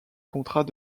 contrat